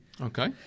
Okay